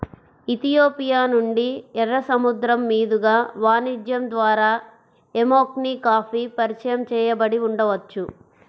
Ethiopia నుండి, ఎర్ర సముద్రం మీదుగా వాణిజ్యం ద్వారా ఎమెన్కి కాఫీ పరిచయం చేయబడి ఉండవచ్చు